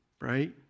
right